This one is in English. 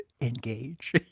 Engage